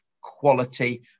quality